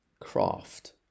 craft